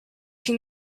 can